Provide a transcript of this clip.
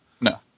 No